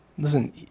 Listen